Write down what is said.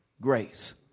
grace